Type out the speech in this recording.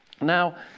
Now